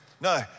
no